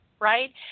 Right